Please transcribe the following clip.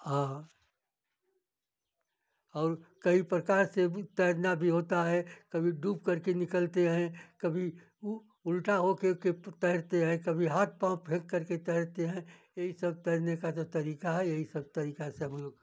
और और कई प्रकार से भी तैरना भी होता है कभी डूब करके निकलते हैं कभी उ उल्टा हो करके तैरते हैं कभी हाथ पाँव फेंक करके तैरते हैं यही सब तैरने का जो तरीक़ा है यही सब तरीक़ा से हम लोग